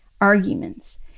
arguments